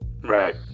right